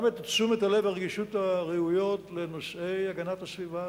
גם את תשומת הלב והרגישות הראויות לנושאי הגנת הסביבה,